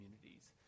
communities